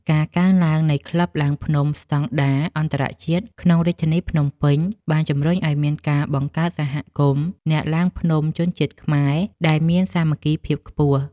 ការកើនឡើងនៃក្លឹបឡើងភ្នំស្ដង់ដារអន្តរជាតិក្នុងរាជធានីភ្នំពេញ បានជំរុញឱ្យមានការបង្កើតសហគមន៍អ្នកឡើងភ្នំជនជាតិខ្មែរដែលមានសាមគ្គីភាពខ្ពស់។